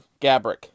Gabrick